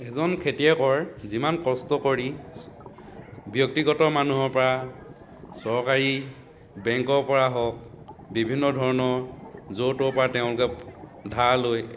এজন খেতিয়কৰ যিমান কষ্ট কৰি ব্যক্তিগত মানুহৰ পৰা চৰকাৰী বেংকৰ পৰা হওক বিভিন্ন ধৰণৰ য'ৰ ত'ৰ পৰা তেওঁলোকে ধাৰ লৈ